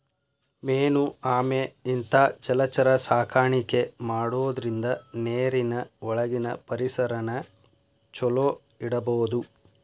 main ಆಮೆ ಇಂತಾ ಜಲಚರ ಸಾಕಾಣಿಕೆ ಮಾಡೋದ್ರಿಂದ ನೇರಿನ ಒಳಗಿನ ಪರಿಸರನ ಚೊಲೋ ಇಡಬೋದು